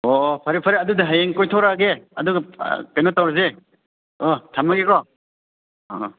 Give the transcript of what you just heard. ꯑꯣ ꯐꯔꯦ ꯐꯔꯦ ꯑꯗꯨꯗꯤ ꯍꯌꯦꯡ ꯀꯣꯏꯊꯣꯔꯛꯑꯒꯦ ꯑꯗꯨꯒ ꯀꯩꯅꯣ ꯇꯧꯔꯖꯦ ꯑꯣ ꯊꯝꯃꯒꯦꯀꯣ ꯑꯪ